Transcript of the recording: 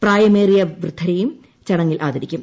പ്രായമേറിയ വൃദ്ധരേയും ചടങ്ങിൽ ആദരിക്കും